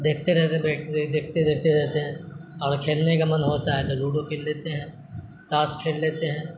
دیکھتے رہتے ہیں بیٹھے ہوئے دیکھتے دیکھتے رہتے ہیں اور کھیلنے کا من ہوتا ہے تو لوڈو کھیل لیتے ہیں تاش کھیل لیتے ہیں